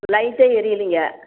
லைட்டே ஏரியிலயே